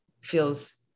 feels